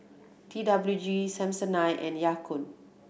T W G Samsonite and Ya Kun